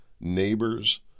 neighbors